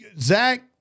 Zach